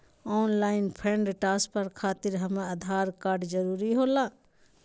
Online fund transfer खातिर Aadhaar card जरूरी होला?